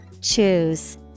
Choose